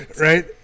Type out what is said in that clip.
Right